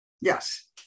Yes